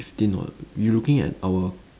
fifteen [what] you looking at our